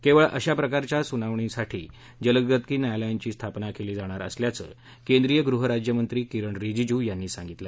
केवळ अशा प्रकरणांच्या सुनावणीसाठी जलदगती न्यायालयांची स्थापना केली जाणार असल्याचं केंद्रीय गृहराज्यमंत्री किरण रिजीजू यांनी सांगितलं